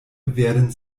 werden